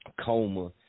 Coma